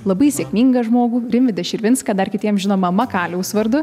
labai sėkmingą žmogų rimvydą širvinską dar kitiems žinomą makaliaus vardu